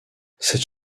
cette